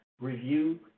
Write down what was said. review